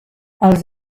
els